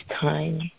time